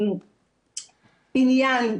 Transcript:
בניין,